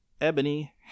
ebony